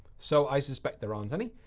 so i suspect there aren't any.